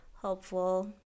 helpful